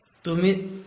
आणि तुम्ही सुद्धा